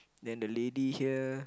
then the lady here